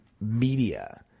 media